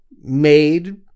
made